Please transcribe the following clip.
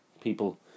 people